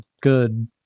good